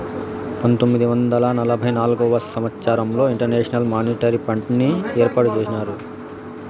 పంతొమ్మిది వందల నలభై నాల్గవ సంవచ్చరంలో ఇంటర్నేషనల్ మానిటరీ ఫండ్ని ఏర్పాటు చేసినారు